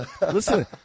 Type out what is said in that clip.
Listen